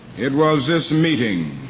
it was this meeting